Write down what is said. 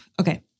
Okay